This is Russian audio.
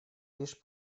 лишь